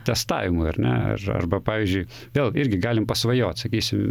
testavimui ar ne ar arba pavyzdžiui vėl irgi galim pasvajot sakysim